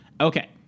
Okay